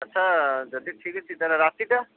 ଆଚ୍ଛା ଯଦି ଠିକ୍ ଅଛି ତା'ହେଲେ ରାତିଟା